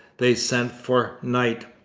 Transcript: they sent for knight.